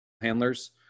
handlers